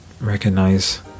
recognize